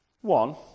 One